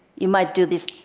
you might do this